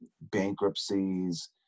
bankruptcies